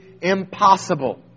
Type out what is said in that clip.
impossible